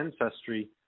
ancestry